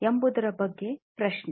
ಎಂಬುದು ಬಗ್ಗೆ ಪ್ರಶ್ನೆ